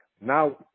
now